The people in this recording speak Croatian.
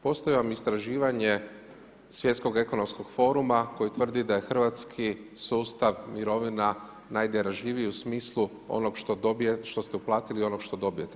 Postoji vam istraživanje Svjetskog ekonomskog foruma koji tvrdi da hrvatski sustav mirovina najdarežljiviji u smislu onog što ste uplatili i onog što dobijete.